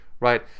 right